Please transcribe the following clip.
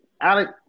Alex